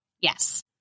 Yes